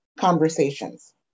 conversations